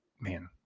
man